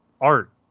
art